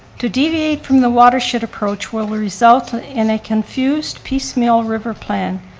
to deviate from the watershed approach will result in a confused piecemeal river plan,